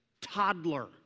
toddler